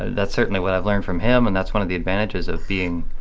that's certainly what i've learned from him. and that's one of the advantages of being